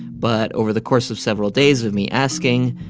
but over the course of several days of me asking,